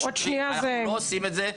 אנחנו לא עושים את זה,